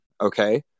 okay